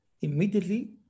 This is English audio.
immediately